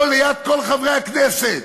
פה ליד כל חברי הכנסת,